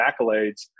accolades –